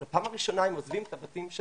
בפעם הראשונה הם עוזבים את הבתים של